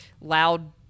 loud